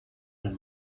den